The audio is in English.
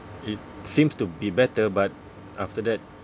it seems to be better but after that